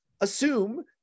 assume